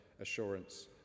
Assurance